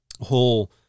whole